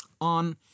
on